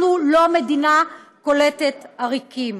אנחנו לא מדינה קולטת עריקים.